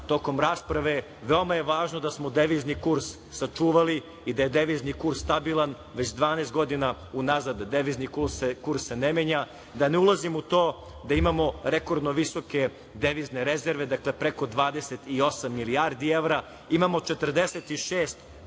tokom rasprave, veoma je važno da smo devizni kurs sačuvali i da je devizni kurs stabilan. Već 12 godina unazad devizni kurs se ne menja, da ne ulazim u to da imamo rekordno visoke devizne rezerve, dakle, preko 28 milijardi evra, imamo 46 tona